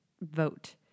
vote